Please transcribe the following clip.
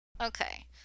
Okay